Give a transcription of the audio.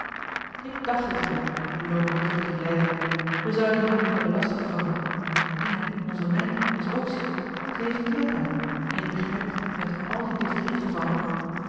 ik dacht het wel loomlievigde leida we zouden je niet hebben lastig gevallen maar dina onze meid is ook ziek ze heeft keelpijn en je begrijpt met àl die diphterie gevallen